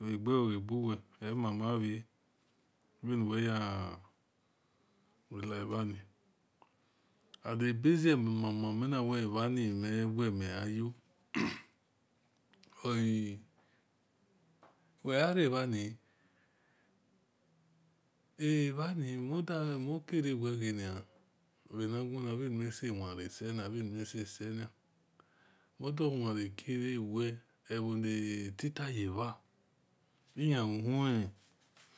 gevogauwe emamara anuweyerulevoni abezemama miniweavani mihiyo oe wearavani onukadawean vanigena vanimisewirase vanimisaseni onudewerakara weo oronatitayiha iyauhn